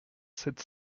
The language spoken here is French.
sept